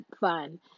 fun